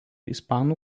ispanų